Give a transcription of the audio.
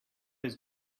his